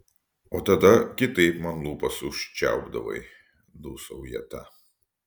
o tada kitaip man lūpas užčiaupdavai dūsauja ta